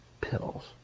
pills